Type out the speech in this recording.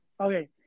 Okay